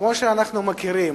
כמו שאנחנו מכירים